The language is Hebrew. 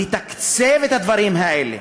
לתקצב את הדברים האלה.